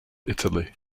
italy